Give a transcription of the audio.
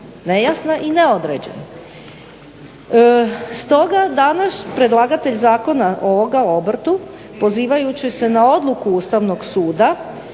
Nejasna i neodređena. Stoga danas predlagatelj Zakona ovoga o obrtu pozivajući se na odluku Ustavnog suda